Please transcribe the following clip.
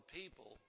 people